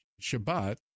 Shabbat